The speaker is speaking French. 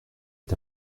est